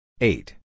Eight